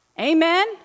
amen